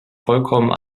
vollkommen